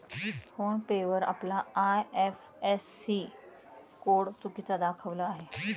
phone पे वर आपला IFSC code चुकीचा दाखविला आहे